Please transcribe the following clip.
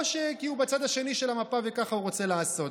או כי הוא בצד השני של המפה וככה הוא רוצה לעשות.